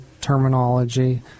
terminology